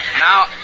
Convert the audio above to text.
Now